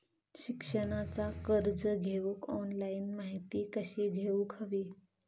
शिक्षणाचा कर्ज घेऊक ऑनलाइन माहिती कशी घेऊक हवी?